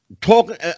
talk